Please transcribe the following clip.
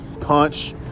punch